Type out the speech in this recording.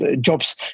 jobs